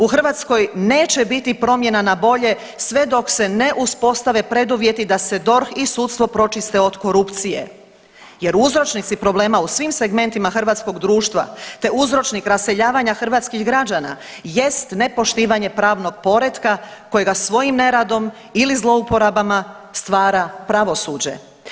U Hrvatskoj neće biti promjena na bolje sve dok se ne uspostave preduvjeti da se DORH i sudstvo pročiste od korupcije jer uzročnici problema u svim segmentima hrvatskog društva te uzročnik raseljavanja hrvatskih građana jest nepoštivanje pravnog poretka kojega svojim neradom ili zlouporaba stvara pravosuđe.